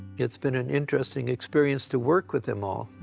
it's been an interesting experience to work with them all.